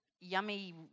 yummy